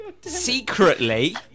Secretly